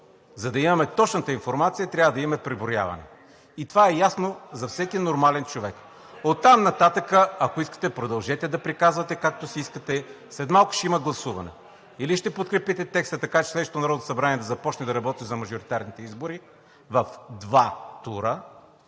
за да имаме точната информация – трябва да имаме преброяване и това е ясно за всеки нормален човек. Оттам нататък, ако искате, продължете да приказвате, както си искате. След малко ще има гласуване. Или ще подкрепите текста, така че днешното Народно събрание да започне да работи за мажоритарните избори в два тура,